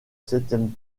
septième